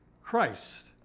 Christ